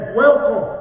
welcome